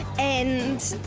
and.